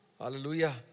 Hallelujah